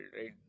right